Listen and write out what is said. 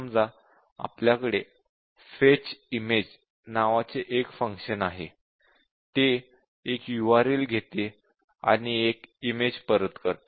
समजा आपल्याकडे fetch image नावाचे एक फंक्शन आहे ते एक URL घेते आणि एक इमेज परत करते